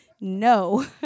No